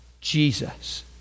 Jesus